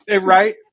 Right